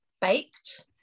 Baked